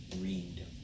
read